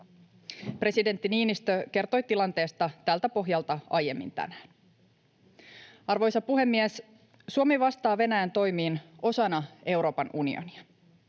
Presidentti Niinistö kertoi tilanteesta tältä pohjalta aiemmin tänään. Arvoisa puhemies! Suomi vastaa Venäjän toimiin osana Euroopan unionia.